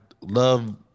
love